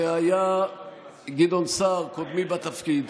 והיה גדעון סער, קודמי בתפקיד.